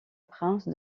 prince